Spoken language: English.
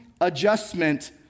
adjustment